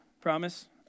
Promise